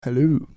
hello